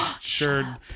sure